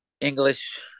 English